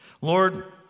Lord